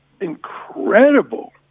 incredible